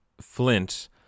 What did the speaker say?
Flint